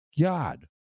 God